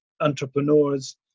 entrepreneurs